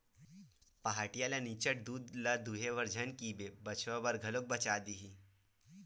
पहाटिया ल निच्चट दूद ल दूहे बर झन कहिबे बछवा बर घलो बचा देही